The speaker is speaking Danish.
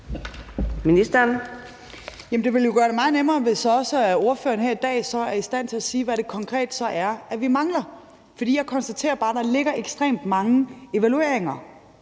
(Sophie Løhde): Det ville jo gøre det meget nemmere, hvis også ordføreren her i dag er i stand til at sige, hvad det konkret så er, vi mangler. For jeg konstaterer bare, at der ligger ekstremt mange evalueringer.